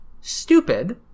stupid